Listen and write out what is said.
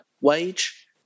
wage